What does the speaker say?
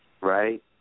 right